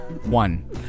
One